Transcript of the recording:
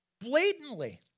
blatantly